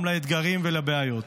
גם לאתגרים והבעיות.